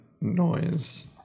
noise